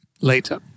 later